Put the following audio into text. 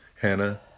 Hannah